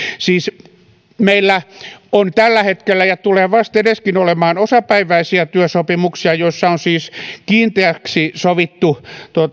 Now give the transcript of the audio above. siis meillä on tällä hetkellä ja tulee vastedeskin olemaan osapäiväisiä työsopimuksia joissa on siis kiinteäksi sovittu